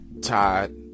Todd